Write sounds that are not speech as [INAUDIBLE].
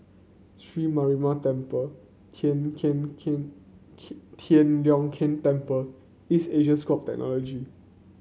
Sri Mariamman Temple Tian Tian Tian [UNINTELLIGIBLE] Tian Leong Keng Temple East Asia School Technology